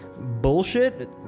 bullshit